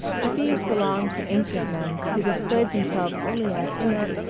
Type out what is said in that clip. but these belonged to ancient men who displayed themselves only as inert,